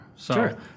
Sure